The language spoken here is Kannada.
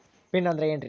ಪಿನ್ ಅಂದ್ರೆ ಏನ್ರಿ?